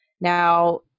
Now